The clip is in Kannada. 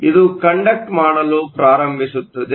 ಇದು ಕಂಡಕ್ಟ್ ಮಾಡಲು ಪ್ರಾರಂಭಿಸುತ್ತದೆ